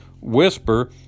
whisper